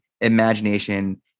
imagination